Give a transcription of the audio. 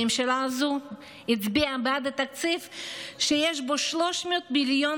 הממשלה הזו הצביעה בעד תקציב שיש בו 300 מיליון